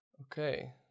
Okay